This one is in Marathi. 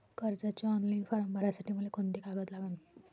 कर्जाचे ऑनलाईन फारम भरासाठी मले कोंते कागद लागन?